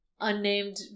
unnamed